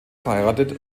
verheiratet